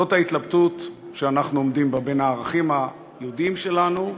זאת ההתלבטות שאנחנו עומדים בה: בין הערכים היהודיים שלנו,